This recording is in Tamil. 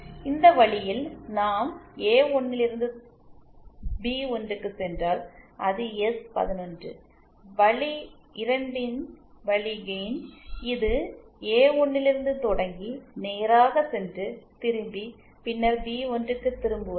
இந்த வழியில் நாம் ஏ1 லிருந்து பி1 க்குச் சென்றால் அது எஸ்11 வழி 2 இன் வழி கெயின் இது ஏ1 லிருந்து தொடங்கி நேராகச் சென்று திரும்பி பின்னர் பி1க்குத் திரும்புவது